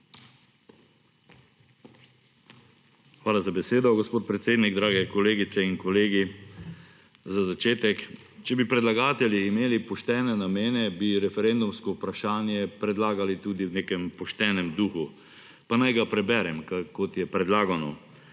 Hvala za besedo, gospod predsednik. Dragi kolegice in kolegi! Za začetek, če bi predlagatelji imeli poštene namene, bi referendumsko vprašanje predlagali tudi v nekem poštenem duhu, pa naj ga preberem, kot je predlagano: